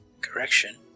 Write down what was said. Correction